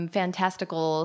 fantastical